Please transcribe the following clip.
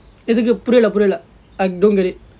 எதுக்கு புரியல புரியல:ethukku puriyila puriyila I don't get it